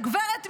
הגב' מיארה.